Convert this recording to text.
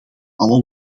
alle